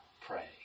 pray